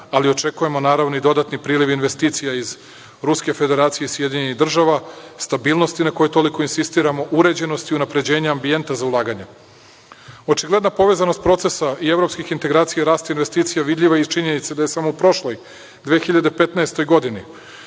ali očekujemo, naravno, i dodatni priliv investicija iz Ruske Federacije, SAD, stabilnosti na kojoj toliko insistiramo, uređenosti, unapređenje ambijenta za ulaganja. Očigledna povezanost procesa i evropskih integracija, rast investicija, vidljiva je iz činjenice da je samo u prošloj 2015. godini,